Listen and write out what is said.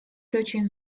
searching